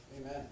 Amen